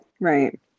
Right